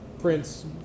Prince